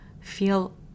Feel